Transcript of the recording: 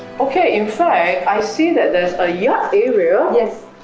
okay, in fact, i see that there's a yard area yes.